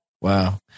Wow